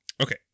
Okay